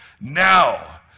Now